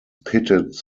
pitted